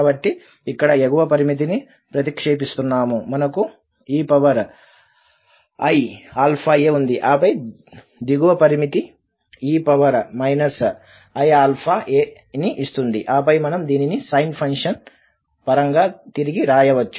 కాబట్టి అక్కడ ఎగువ పరిమితిని ప్రతిక్షేపిస్తున్నాము మనకు eiαa ఉంది ఆపై దిగువ పరిమితి e iαa ని ఇస్తుంది ఆపై మనం దీనిని సైన్ ఫంక్షన్ పరంగా తిరిగి వ్రాయవచ్చు